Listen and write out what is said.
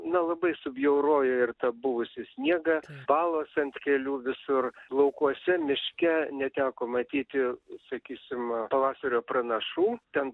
na labai subjaurojo ir tą buvusį sniegą balos ant kelių visur laukuose miške neteko matyti sakysim pavasario pranašų ten